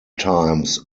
times